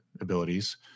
abilities